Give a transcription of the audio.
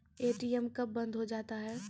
ATM कब बंद हो जाता हैं?